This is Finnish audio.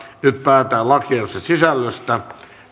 päätetään lakiehdotusten sisällöstä